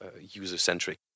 user-centric